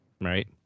Right